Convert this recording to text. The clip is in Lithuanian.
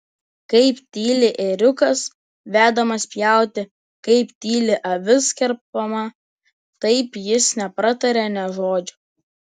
kaip tyli ėriukas vedamas pjauti kaip tyli avis kerpama taip jis nepratarė nė žodžio